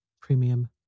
Premium